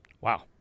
Wow